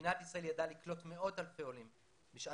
מדינת ישראל ידעה לקלוט מאות אלפי עולים בשעת